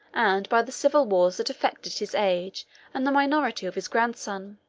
and by the civil wars that afflicted his age and the minority of his grandson.